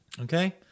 Okay